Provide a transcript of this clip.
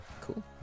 cool